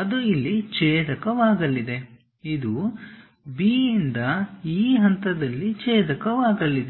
ಅದು ಇಲ್ಲಿ ಛೇದಕವಾಗಲಿದೆ ಇದು B ಯಿಂದ ಈ ಹಂತದಲ್ಲಿ ಛೇದಕವಾಗಲಿದೆ